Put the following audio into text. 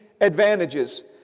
advantages